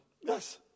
yes